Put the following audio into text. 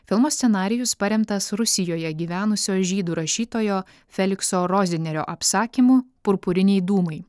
filmo scenarijus paremtas rusijoje gyvenusio žydų rašytojo felikso rozinerio apsakymu purpuriniai dūmai